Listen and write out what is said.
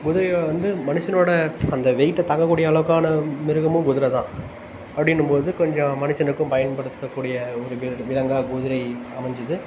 குதிரையை வந்து மனுஷன்னோட அந்த வெயிட்டை தாங்க கூடிய அளவுக்கான மிருகமும் குதிரை தான் அப்படின்னும் போது கொஞ்சம் மனுஷனுக்கும் பயன்படுத்தக்கூடிய ஒரு கு விலங்காக குதிரை அமைஞ்சுது